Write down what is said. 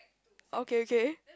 okay okay